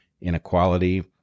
inequality